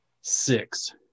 six